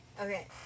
Okay